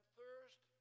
thirst